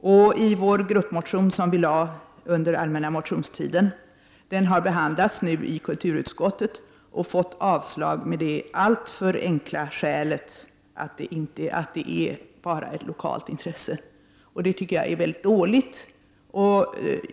Vår gruppmotion som lades fram under den allmännna motionstiden har behandlats av kulturutskottet och fick avslag med det alltför enkla skälet att frågan bara är av lokalt intresse. Det tycker jag är väldigt dåligt.